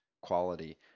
quality